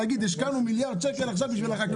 שאחר כך תוכלו להגיד שהשקעתם מיליארד שקל בחקלאות.